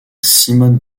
simone